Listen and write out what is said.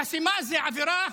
חסימה זאת עבירה?